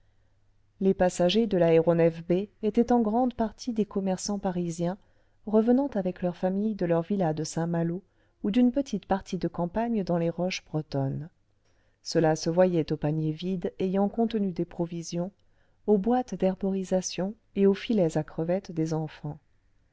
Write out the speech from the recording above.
les passagers de l'aéronef b étaient en grande partie des commerçants parisiens revenant avec leurs familles de leurs villas de saint halo ou d'une petite partie de campagne dans les roches bretonnes cela se voyait aux paniers vides ayant contenu des provisions aux boîtes d'herborisation et aux filets à crevettes des enfants